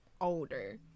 older